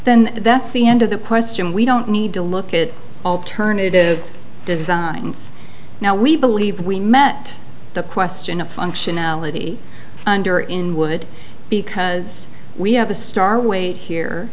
then that's the end of the question we don't need to look at alternative designs now we believe we met the question of functionality under in wood because we have a star weight here